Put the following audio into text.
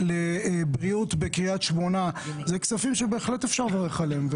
לבריאות בקריית שמונה זה כספים שבהחלט אפשר לברך עליהם.